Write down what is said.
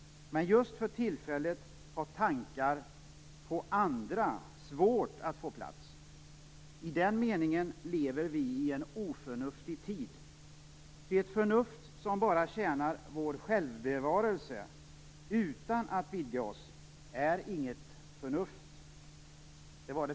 Men just för tillfället har tankar på andra svårt att få plats. I den meningen lever vi i en oförnuftig tid. Ty ett förnuft som bara tjänar vår självbevarelse utan att vidga oss är inget förnuft.